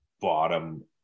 bottom